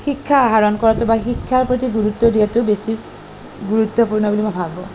শিক্ষা আহৰণ কৰাতো বা শিক্ষাৰ প্ৰতি গুৰুত্ব দিয়াতো বেছি গুৰুত্বপূৰ্ণ বুলি মই ভাবোঁ